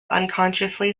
unconsciously